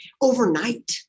overnight